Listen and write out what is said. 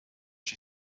she